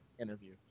interview